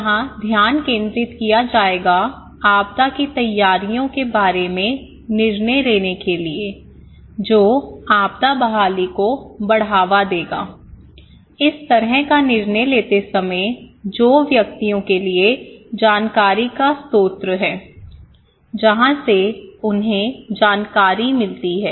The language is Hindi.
यहाँ ध्यान केंद्रित किया जाएगा आपदा की तैयारियों के बारे में निर्णय लेने के लिए जो आपदा बहाली को बढ़ावा देगा इस तरह का निर्णय लेते समय जो व्यक्तियों के लिए जानकारी का स्रोत हैं जहां से उन्हें जानकारी मिलती है